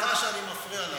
סליחה שאני מפריע לך,